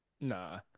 Nah